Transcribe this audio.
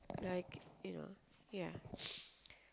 like you know yeah